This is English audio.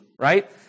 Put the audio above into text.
right